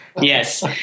Yes